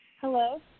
Hello